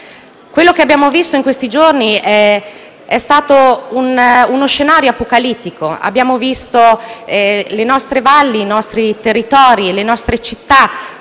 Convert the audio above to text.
Quello che abbiamo visto negli ultimi giorni è stato uno scenario apocalittico. Abbiamo visto le nostre valli, i nostri territori e le nostre città